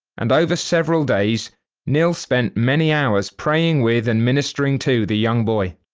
and over several days knill spent many hours, praying with, and ministering to, the young boy.